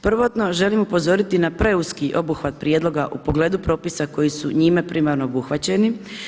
Prvotno želim upozoriti na preuski obuhvat prijedloga u pogledu propisa koji su njime primarno obuhvaćeni.